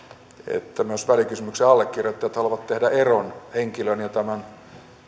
että myös välikysymyksen allekirjoittajat haluavat tehdä eron henkilön ja tämän